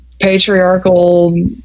patriarchal